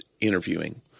interviewing